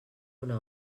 una